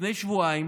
לפני שבועיים